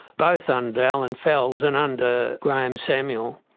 both under allan fels and under graeme samuel.